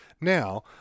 Now